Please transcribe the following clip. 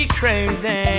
crazy